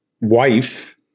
wife